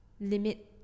limit